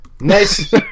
Nice